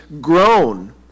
grown